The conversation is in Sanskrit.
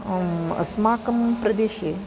अस्माकं प्रदेशे